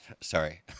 Sorry